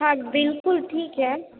हाँ बिल्कुल ठीक है